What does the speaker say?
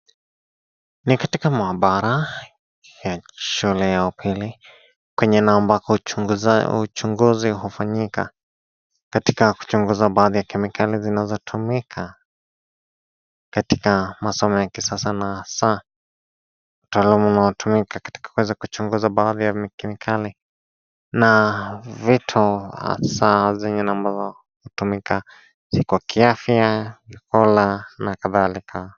Ni katika mahabara ya shule ya upili kwenye abao uchunguzi hufanyika. Katika kuchunguza baadhi ya kemikali ambazo hutumika katika masomo ya kisasa na saa utalamu unaotumika katika kuweza kuchunguza baadhi ya kemikali na vitu za venye ambavo kwa ki afya hola na kadhalika.